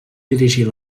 dirigir